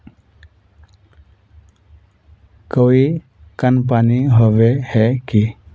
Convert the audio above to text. कोई कंपनी होबे है की?